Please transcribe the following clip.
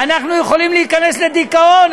ואנחנו יכולים להיכנס לדיכאון,